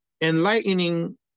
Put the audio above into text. enlightening